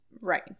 Right